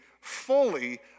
fully